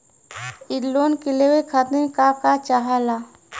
इ लोन के लेवे खातीर के का का चाहा ला?